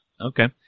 Okay